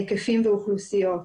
היקפים ואוכלוסיות.